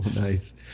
Nice